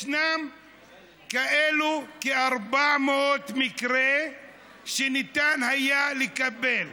ישנם כאלה כ-400 מקרים שניתן היה לקבל,